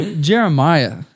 Jeremiah